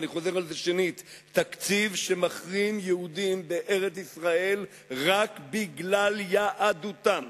אני חוזר על זה: תקציב שמחרים יהודים בארץ-ישראל רק בגלל יהדותם.